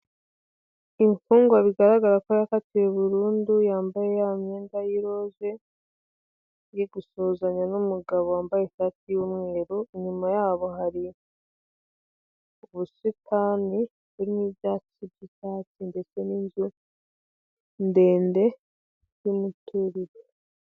Imfungwa bigaragara ko yakatiwe burundu yambaye, ya myenda yiroze, iri gusuhuzanya n'umugabo wambaye ishati y'umweru, inyuma yabo hari ubusitani burimo ibyatsi by'icyatsi, ndetse n'inzu ndende y'umuturirwa.